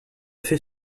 fait